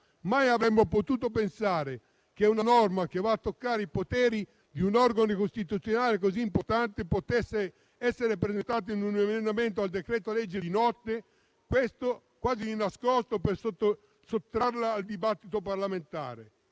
Mai avremmo potuto pensare che una norma che va a toccare i poteri di un organo costituzionale così importante potesse essere presentata di notte, attraverso un emendamento al decreto-legge, quasi di nascosto per sottrarla al dibattito parlamentare.